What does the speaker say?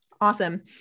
awesome